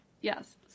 Yes